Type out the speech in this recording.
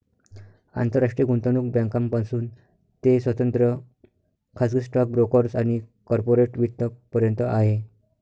आंतरराष्ट्रीय गुंतवणूक बँकांपासून ते स्वतंत्र खाजगी स्टॉक ब्रोकर्स आणि कॉर्पोरेट वित्त पर्यंत आहे